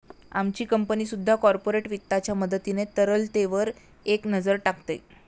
आमची कंपनी सुद्धा कॉर्पोरेट वित्ताच्या मदतीने तरलतेवर एक नजर टाकते